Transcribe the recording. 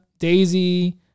Daisy